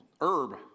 herb